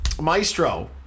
Maestro